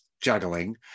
juggling